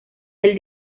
del